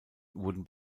wurden